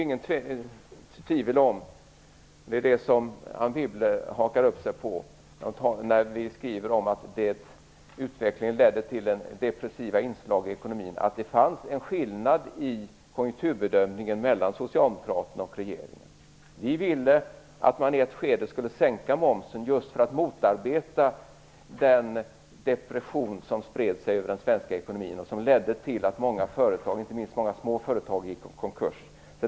Anne Wibble hakar upp sig på att vi skriver att utvecklingen ledde till depressiva inslag i ekonomin. Det råder inget tvivel om att det fanns en skillnad i konjunkturbedömningen mellan socialdemokraterna och regeringen. Vi ville att man i ett skede skulle sänka momsen just för att motarbeta den depression som spred sig över den svenska ekonomin och som ledde till att många företag, inte minst små företag, gick i konkurs.